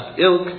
ilk